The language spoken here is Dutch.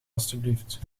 alstublieft